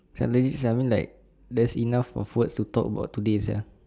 suddenly I mean like there's enough of word to talk about today sia